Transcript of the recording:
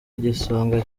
igisonga